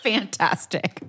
Fantastic